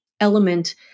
element